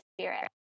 Spirit